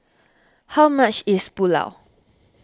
how much is Pulao